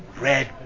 red